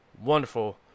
wonderful